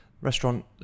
restaurant